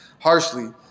harshly